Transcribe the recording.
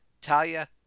Talia